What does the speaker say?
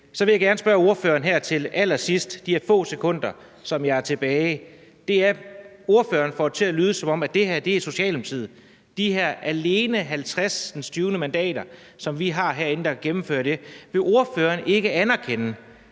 Så vil jeg gerne spørge ordføreren her til allersidst i de få sekunder, som jeg har tilbage: Ordføreren får det til at lyde, som om det er Socialdemokratiet med alene de 50 mandater, som vi har herinde, der kan gennemføre det, men vil ordføreren ikke anerkende,